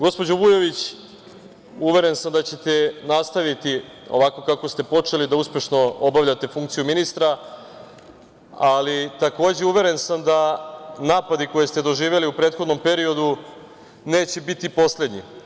Gospođo Vujović, uveren sam da ćete nastaviti ovako kako ste počeli da uspešno obavljate funkciju ministra, ali takođe uveren sam da napadi koje ste doživeli u prethodnom periodu neće biti poslednji.